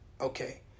okay